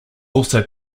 also